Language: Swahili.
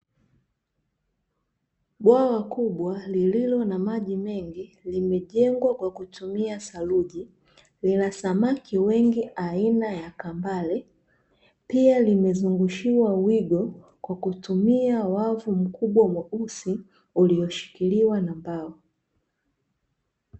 Bwawa kubwa lililo na maji mengi, limejengwa kwa kutumia saruji. Lina samaki wengi aina ya kambale, pia limezungushiwa wigo kwa kutumia wavu mkubwa mweusi, ulioshikiliwa na mbao.